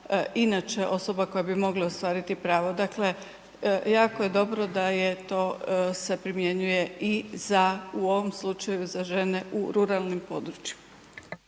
inače osoba koje bi mogle ostvariti pravo. Dakle, jako je dobro da je to se primjenjuje i za u ovom slučaju za žene u ruralnim područjima.